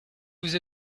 vous